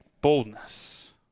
boldness